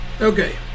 Okay